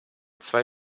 zwei